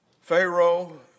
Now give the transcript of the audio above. Pharaoh